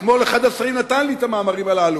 אתמול אחד השרים נתן לי את המאמרים הללו,